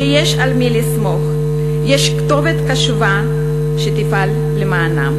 שיש על מי לסמוך, יש כתובת קשובה שתפעל למענם.